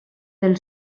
del